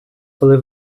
коли